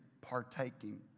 partaking